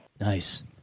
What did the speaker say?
Nice